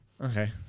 Okay